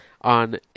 on